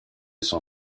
son